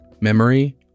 memory